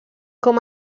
com